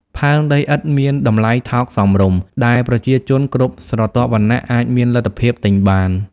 ផើងដីឥដ្ឋមានតម្លៃថោកសមរម្យ ដែលប្រជាជនគ្រប់ស្រទាប់វណ្ណៈអាចមានលទ្ធភាពទិញបាន។